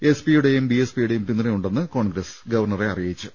S പിയുടെയും B S പിയുടെയും പിന്തുണ ഉണ്ടെന്ന് കോൺഗ്രസ് ഗവർണറെ അറിയിച്ചു